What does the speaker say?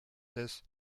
des